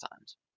times